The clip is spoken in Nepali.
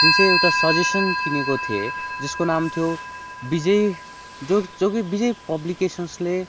जुन चाहिँ एउटा सजेसन किनेको थिएँ जसको नाम थियो विजय जो जो कि विजय पब्लिकेसन्सले